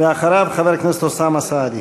אחריו, חבר הכנסת אוסאמה סעדי.